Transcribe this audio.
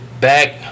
back